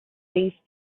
these